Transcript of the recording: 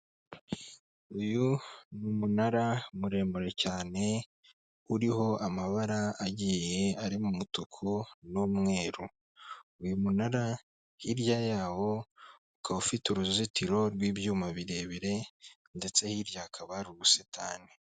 Uyu ni umunara muremure cyane, uriho amabara agiye ari mu umutuku n'umweru, uyu munara hirya yawo ukaba ufite uruzitiro rw'ibyuma birebire ndetse hirya hakaba hari ubusitani.